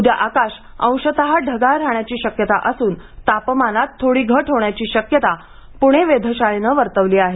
उद्या आकाश अंशतः ढगाळ राहाण्याची शक्यता असून तापमानात थोडी घट होण्याची शक्यता पूणे वेध शाळेने वर्तवली आहे